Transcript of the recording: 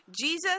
Jesus